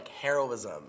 heroism